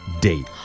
date